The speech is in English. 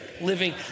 living